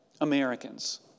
Americans